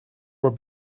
were